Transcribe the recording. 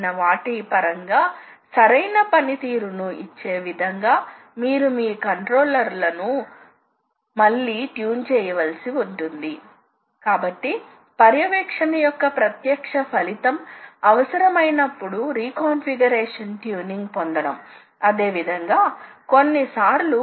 అయితే సాధారణంగా డ్రిల్లింగ్లో ఉపయోగిస్తారు మీరు ఇక్కడ ఒక రంధ్రం వేయండి ఇక్కడ ఒక రంధ్రం ఇక్కడ ఒక రంధ్రం ఇక్కడ మరియు ఇక్కడ అయితే మీరు కొన్ని పాయింట్లను పేర్కొంటున్నారు కాబట్టి యంత్రం ఒక బిందువుకు వస్తోంది ఒక నిర్దిష్ట ఆపరేషన్ ను తీసుకువస్తుంది ఆపై మళ్ళీ మరొక పాయింట్ కి వెళుతుంది మరియు మరొక ఆపరేషన్ చేయటానికి వస్తుంది కాబట్టి యంత్రాలు చేస్తున్న ఆపరేషన్ తప్పనిసరిగా డ్రిల్లింగ్ వంటి పాయింట్ ఆపరేషన్ లు